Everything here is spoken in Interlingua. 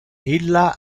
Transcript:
illa